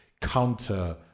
counter